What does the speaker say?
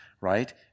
right